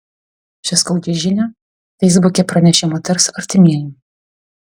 šią skaudžią žinią feisbuke pranešė moters artimieji